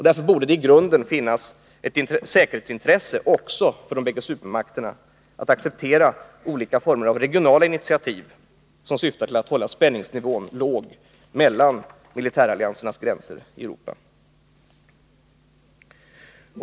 Därför borde det i grunden finnas ett säkerhetsintresse också för de bägge supermakterna att acceptera olika former av regionala initiativ som syftar till att hålla spänningsnivån låg mellan militäralliansernas gränser i Europa.